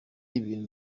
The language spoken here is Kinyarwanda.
ibintu